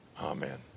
amen